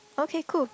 okay cool